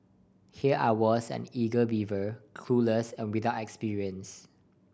here I was an eager beaver clueless and without experience